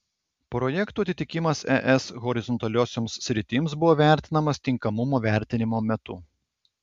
projektų atitikimas es horizontaliosioms sritims buvo vertinamas tinkamumo vertinimo metu